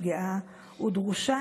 ובפסקי